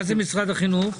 מה זה משרד החינוך?